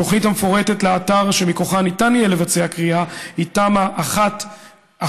התוכנית המפורטת לאתר שמכוחה יהיה ניתן לבצע כרייה היא תמ"א 14/1/1,